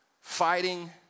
fighting